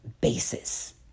basis